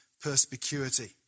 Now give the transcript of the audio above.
perspicuity